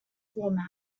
format